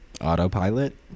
autopilot